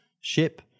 ship